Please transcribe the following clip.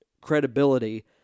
credibility